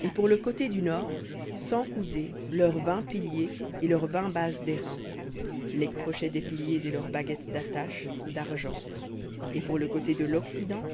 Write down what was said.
et pour le côté du nord cent coudées leurs vingt piliers et leurs vingt bases d'airain les crochets des piliers et leurs baguettes dattache dargent et pour le côté de l'occident